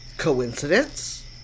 coincidence